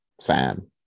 fan